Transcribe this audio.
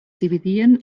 dividien